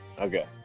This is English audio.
Okay